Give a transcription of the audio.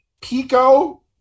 Pico